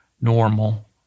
normal